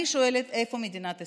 אני שואלת איפה מדינת ישראל.